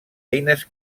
eines